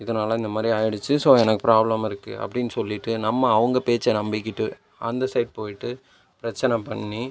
இதனால் இந்த மாதிரி ஆகிடுச்சு ஸோ எனக்கு பிராப்ளம் இருக்குது அப்படின்னு சொல்லிகிட்டு நம்ம அவங்க பேச்சை நம்பிகிட்டு அந்த சைட் போய்ட்டு பிரச்சனை பண்ணி